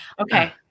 okay